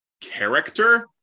character